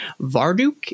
Varduk